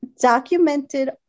Documented